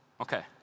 Okay